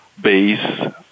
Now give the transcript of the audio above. base